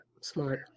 smart